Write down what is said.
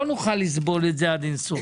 לא נוכל לסבול את זה עד אין סוף.